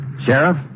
Sheriff